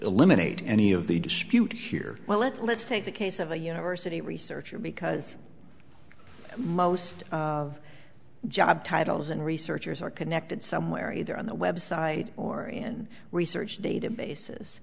eliminate any of the dispute here well let's take the case of a university researcher because most of the job titles and researchers are connected somewhere either on the website or in research databases